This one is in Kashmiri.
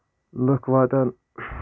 لُکھ واتان